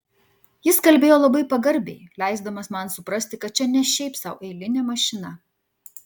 jis kalbėjo labai pagarbiai leisdamas man suprasti kad čia ne šiaip sau eilinė mašina